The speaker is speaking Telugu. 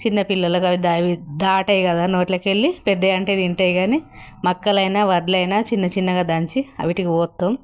చిన్నపిల్లలలకు అవి దా దాటవు కదా నోటిలోకెళ్ళి పెద్ద అంటే తింటాయి కానీ మక్కలైనా వడ్లైనా చిన్న చిన్నగా దంచి వాటికి పోస్తాము